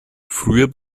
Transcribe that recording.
früher